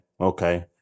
okay